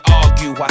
argue